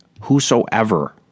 Whosoever